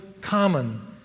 common